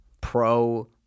pro